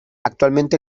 actualmente